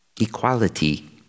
equality